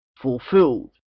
Fulfilled